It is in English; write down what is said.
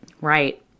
Right